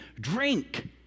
Drink